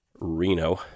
Reno